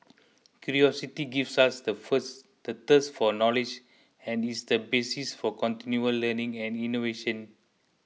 curiosity gives us the first the thirst for knowledge and is the basis for continual learning and innovation